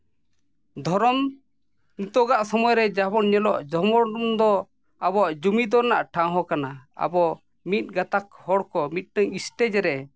ᱫᱷᱚᱨᱚᱢ ᱱᱤᱛᱚᱜᱟᱜ ᱥᱚᱢᱚᱭᱨᱮ ᱡᱟ ᱵᱚᱱ ᱧᱮᱞᱚᱜ ᱫᱷᱚᱨᱚᱢ ᱫᱚ ᱟᱵᱚᱣᱟᱜ ᱡᱩᱢᱤᱫᱚᱜ ᱨᱮᱱᱟᱜ ᱴᱷᱟᱶ ᱠᱟᱱᱟ ᱟᱵᱚ ᱢᱤᱫ ᱜᱟᱛᱟᱠ ᱦᱚᱲ ᱠᱚ ᱢᱤᱫᱴᱮᱡ ᱥᱴᱮᱡᱽ ᱨᱮ